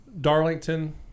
Darlington